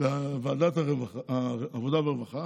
בוועדת העבודה והרווחה,